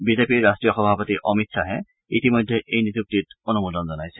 বিজেপিৰ ৰাষ্ট্ৰীয় সভাপতি অমিত শ্বাহে ইতিমধ্যে এই নিযুক্তিত অনুমোদন জনাইছে